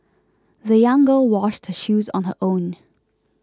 the young girl washed her shoes on her own